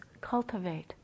cultivate